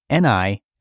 NI